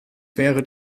wäre